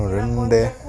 ஒரு ரெண்டு:oru rendu